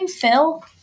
Phil